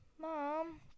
Mom